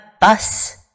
bus